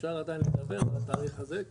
אפשר עדיין לדבר על התאריך הזה.